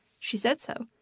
she said so.